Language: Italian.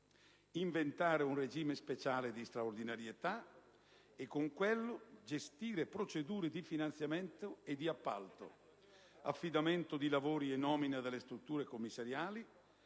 inventare un regime speciale di straordinarietà e con quello gestire procedure di finanziamento e di appalto, affidamento di lavori e nomina delle strutture commissariali,